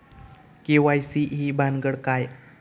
KYC ही भानगड काय?